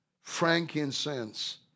frankincense